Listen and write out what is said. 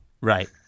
right